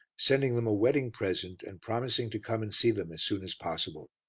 sending them a wedding present and promising to come and see them as soon as possible.